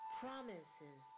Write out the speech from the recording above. promises